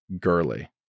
girly